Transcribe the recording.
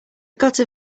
gotta